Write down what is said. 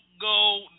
go